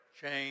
Change